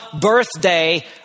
birthday